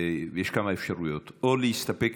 יש כמה אפשרויות: או להסתפק,